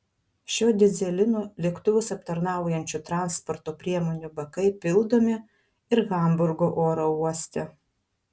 šiuo dyzelinu lėktuvus aptarnaujančių transporto priemonių bakai pildomi ir hamburgo oro uoste